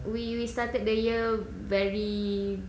we we started the year very